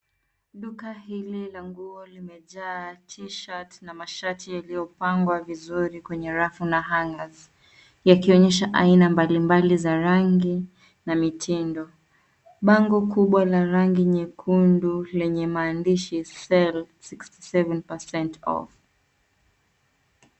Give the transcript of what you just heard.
Duka hili la nguo limejaa t-shirt na mashati yaliyopangwa vizuri kwenye rafu na hangers , yakionyesha aina mbalimbali za rangi, na mitindo. Bango kubwa la rangi nyekundu, lenye maandishi, sale 67 % off .